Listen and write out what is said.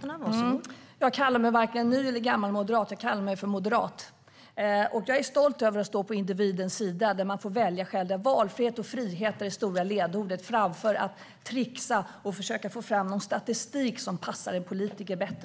talman! Jag kallar mig varken ny eller gammal moderat - jag kallar mig moderat. Jag är stolt över att stå på individens sida, där man får välja själv, där valfrihet och frihet är de stora ledorden framför att trixa och försöka få fram någon statistik som passar en politiker bättre.